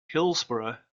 hillsboro